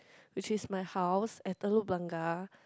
which is my house at Telok Blangah